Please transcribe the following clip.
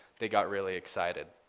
they got really excited.